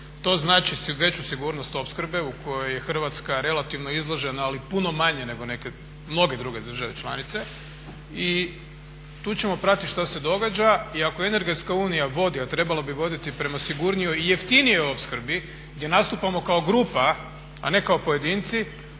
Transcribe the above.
To znači veću sigurnost opskrbe u kojoj je Hrvatska relativno izložena ali puno manje nego neke mnoge druge države članice i tu ćemo pratiti što se događa. I ako energetska unija vodi a trebala bi voditi prema sigurnijoj i jeftinijoj opskrbi gdje nastupamo kao grupa a ne kao pojedinci,